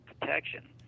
protection